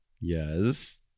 Yes